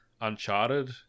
Uncharted